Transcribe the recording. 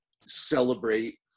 celebrate